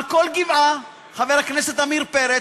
על כל גבעה, חבר הכנסת עמיר פרץ,